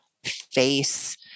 Face